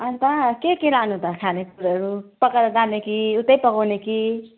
अन्त के के लानु त खाने कुराहरू पकाएर जाने कि उतै पकाउने कि